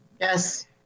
Yes